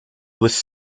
was